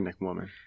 Woman